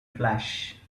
flash